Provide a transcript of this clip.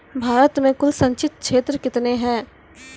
भारत मे कुल संचित क्षेत्र कितने हैं?